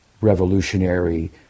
revolutionary